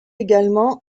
également